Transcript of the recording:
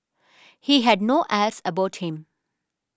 he had no airs about him